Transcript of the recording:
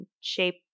shape